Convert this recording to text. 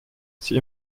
sie